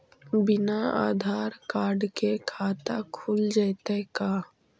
बिना आधार कार्ड के खाता खुल जइतै का?